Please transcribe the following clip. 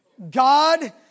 God